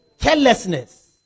Carelessness